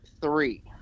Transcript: three